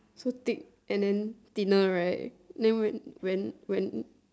so thick and then thinner right then when when